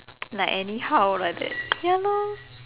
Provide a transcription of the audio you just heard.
like anyhow like that ya lor